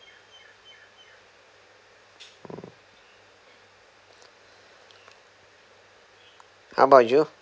how about you